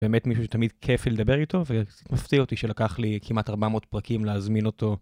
באמת מישהו שתמיד כיף לדבר איתו ומפתיע אותי שלקח לי כמעט 400 פרקים להזמין אותו.